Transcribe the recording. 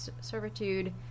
servitude